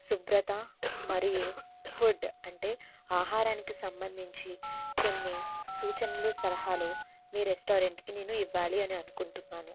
శుభ్రత మరియు ఫుడ్ అంటే ఆహారానికి సంబంధించి కొన్ని సూచనలు సలహాలు మీ రెస్టారెంట్కి నేను ఇవ్వాలి అని అనుకుంటున్నాను